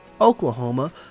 Oklahoma